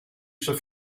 sua